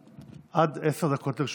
עד עשר דקות לרשותך.